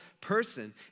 person